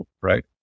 right